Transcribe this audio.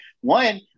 One